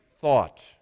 thought